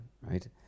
right